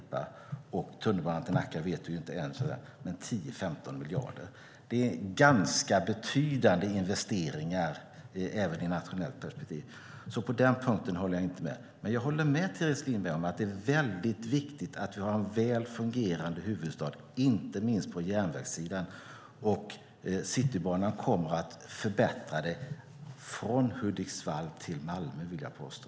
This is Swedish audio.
När det gäller tunnelbanan till Nacka vet vi inte ännu, men 10-15 miljarder lär den komma att kosta. Det är ganska betydande investeringar även i ett nationellt perspektiv. På den punkten håller jag alltså inte med. Däremot håller jag med Teres Lindberg om att det är viktigt att vi har en väl fungerande huvudstad, inte minst på järnvägssidan. Citybanan kommer att förbättra situationen från Hudiksvall till Malmö, vill jag påstå.